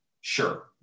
sure